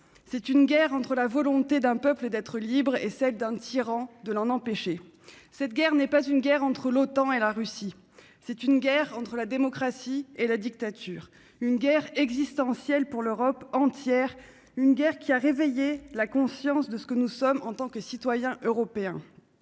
C'est une guerre entre la volonté d'un peuple d'être libre et celle d'un tyran de l'en empêcher. Cette guerre n'est pas une guerre entre l'OTAN et la Russie. C'est une guerre entre la démocratie et la dictature, une guerre existentielle pour l'Europe entière, une guerre qui a réveillé la conscience de ce que nous sommes en tant que citoyens européens.